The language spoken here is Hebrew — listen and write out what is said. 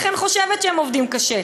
אני אכן חושבת שהם עובדים קשה,